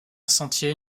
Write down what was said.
sentier